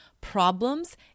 problems